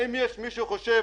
האם יש מי שחושב,